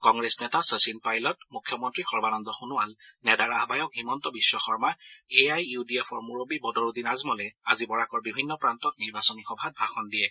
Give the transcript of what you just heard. কংগ্ৰেছ নেতা শচীন পাইলট মুখ্যমন্ত্ৰী সৰ্বানন্দ সোণোৱাল নেডাৰ আহ্য়ায়ক Himanta Biswa Sarma A I U D এফৰ মুৰববী বদৰুদ্দিন আজমলে আজি বৰাকৰ বিভিন্ন প্ৰান্তত নিৰ্বাচনী সভাত ভাষণ দিয়ে